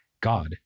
God